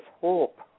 hope